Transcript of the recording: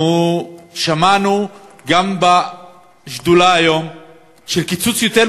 אנחנו שמענו גם בשדולה היום על קיצוץ של יותר